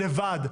לבד.